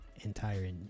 entire